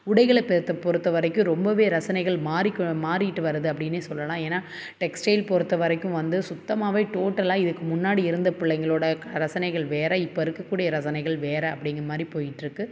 உடைகளை பெறுத்த பொறுத்த வரைக்கும் ரொம்பவே ரசனைகள் மாறி கோ மாறிகிட்டு வருது அப்படின்னே சொல்லலாம் ஏன்னா டெக்ஸ்டைல் பொறுத்த வரைக்கும் வந்து சுத்தமாகவே டோட்டலாக இதுக்கு முன்னாடி இருந்த பிள்ளைங்களோட க ரசனைகள் வேற இப்போ இருக்கக்கூடிய ரசனைகள் வேற அப்படிங்கிற மாதிரி போய்ட்ருக்கு